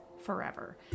forever